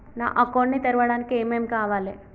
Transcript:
నా అకౌంట్ ని తెరవడానికి ఏం ఏం కావాలే?